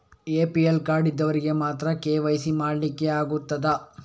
APL card ಇದ್ದವರಿಗೆ ಮಾತ್ರ KYC ಮಾಡಲಿಕ್ಕೆ ಆಗುತ್ತದಾ?